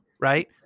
right